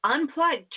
Unplug